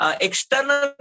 external